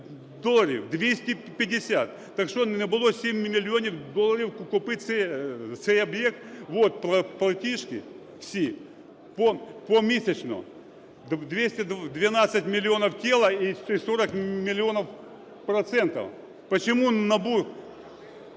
доларів, 250! Так що, не було 7 мільйонів доларів купити цей об'єкт?! От платіжки всі помісячно: 212 мільйонів – тіло і 40 мільйонів – процентів.